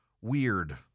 weird